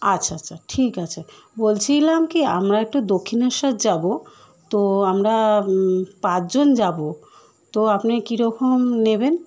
আচ্ছা আচ্ছা ঠিক আছে বলছিলাম কি আমরা একটু দক্ষিণেশ্বর যাবো তো আমরা পাঁচ জন যাবো তো আপনি কীরকম নেবেন